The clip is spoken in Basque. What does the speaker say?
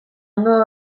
ondo